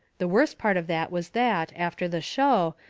the worst part of that was that, after the show,